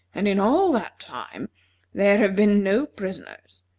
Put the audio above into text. and in all that time there have been no prisoners,